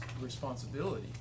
responsibility